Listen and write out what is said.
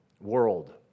world